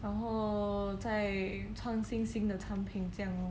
然后在创新新的产品这样咯